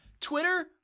Twitter